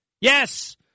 Yes